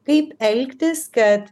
kaip elgtis kad